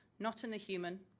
not in the human,